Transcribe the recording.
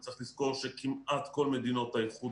וצריך לזכור שכמעט כל מדינות האיחוד